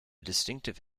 distinctive